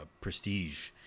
Prestige